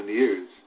years